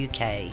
UK